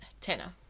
Tanner